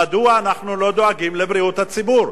מדוע אנחנו לא דואגים לבריאות הציבור?